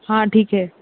ہاں ٹھیک ہے